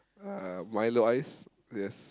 uh Milo ice yes